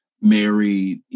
married